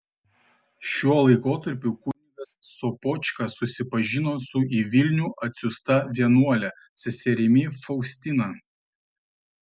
šiuo laikotarpiu kunigas sopočka susipažino su į vilnių atsiųsta vienuole seserimi faustina